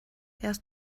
erst